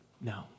No